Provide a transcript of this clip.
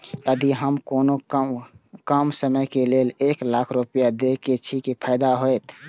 यदि हम कोनो कम समय के लेल एक लाख रुपए देब छै कि फायदा होयत?